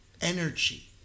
energy